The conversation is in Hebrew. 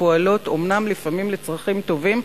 הפועלות אומנם לפעמים לצרכים טובים,